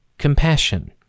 compassion